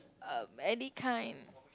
um any kind